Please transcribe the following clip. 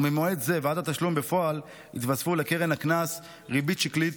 וממועד זה ועד התשלום בפועל יתווספו לקרן הקנס ריבית שקלית